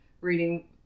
reading